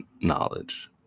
knowledge